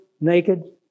naked